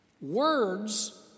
Words